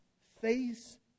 face